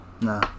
no